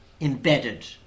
embedded